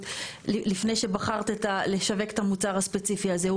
לפני שבחרת לשווק את המוצר הספציפי הזה.